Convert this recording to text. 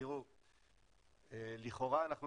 לכאורה אנחנו